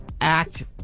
act